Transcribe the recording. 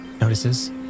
notices